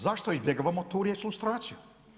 Zašto izbjegavamo tu riječ lustracija?